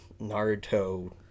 naruto